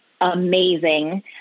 amazing